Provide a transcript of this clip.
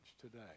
today